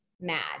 mad